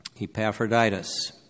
Epaphroditus